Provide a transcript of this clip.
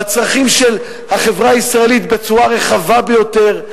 בצרכים של החברה הישראלית בצורה רחבה ביותר,